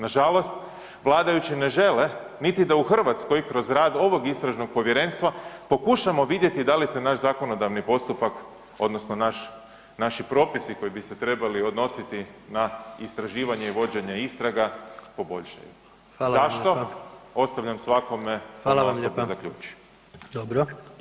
Nažalost vladajući ne žele niti da u Hrvatskoj kroz rad ovog istražnog povjerenstva pokušamo vidjeti da li se naš zakonodavni postupak, odnosno naši propisi koji bi se trebali odnositi na istraživanje i vođenje istraga, poboljšaju [[Upadica: Hvala vam lijepa.]] Zašto, ostavljam svakome [[Upadica: Hvala vam lijepa.]] da osobno zaključi.